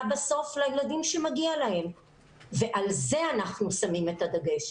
בסוף לילדים שמגיע להם ועל זה אנחנו שמים את הדגש,